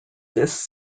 this